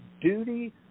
duty